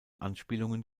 anspielungen